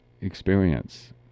experience